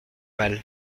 mal